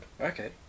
Okay